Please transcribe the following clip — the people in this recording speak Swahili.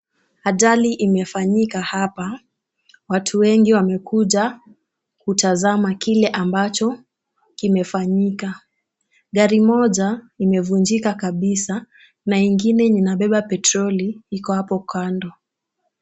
Ajali imefanyika hapa, watu wengi wamekuja kutazama kile ambacho kimefanyika. Gari moja imevunjika kabisa na ingine yenye inabeba petroli iko hapo kando.